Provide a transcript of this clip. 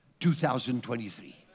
2023